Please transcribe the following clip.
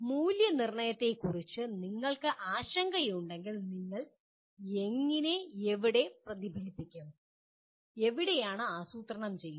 മൂല്യനിർണ്ണയത്തെക്കുറിച്ച് നിങ്ങൾക്ക് ആശങ്കയുണ്ടെങ്കിൽ നിങ്ങൾ എങ്ങനെ എവിടെ പ്രതിഫപ്പിലിക്കും എവിടെയാണ് ആസൂത്രണം ചെയ്യുന്നത്